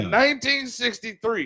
1963